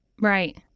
right